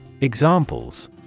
Examples